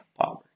power